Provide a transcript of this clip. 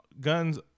guns